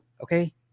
Okay